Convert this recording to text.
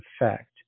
effect